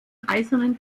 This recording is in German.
eisernen